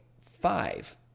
five